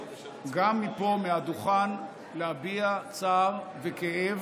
גם מפה מהדוכן להביע צער וכאב